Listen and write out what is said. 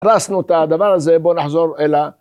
הרסנו את הדבר הזה, בואו נחזור אל ה...